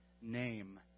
name